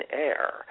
air